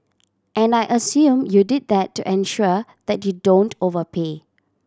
and I assume you did that to ensure that you don't overpay